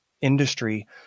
industry